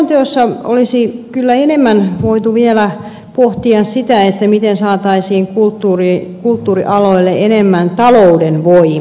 selonteossa olisi kyllä vielä enemmän voitu pohtia sitä miten saataisiin kulttuurialoille enemmän talouden voimaa